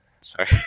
sorry